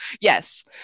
yes